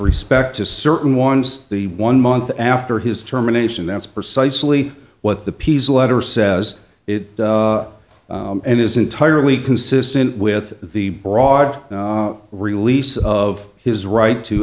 respect to certain ones the one month after his terminations that's precisely what the peace letter says it and is entirely consistent with the broad release of his right to